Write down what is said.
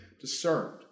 discerned